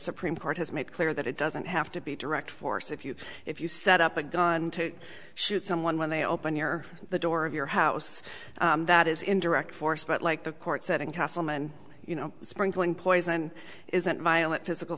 supreme court has made clear that it doesn't have to be direct force if you if you set up a gun to shoot someone when they open your the door of your house that is in direct force but like the court said in castleman you know sprinkling poison isn't violent physical